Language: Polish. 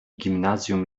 gimnazjum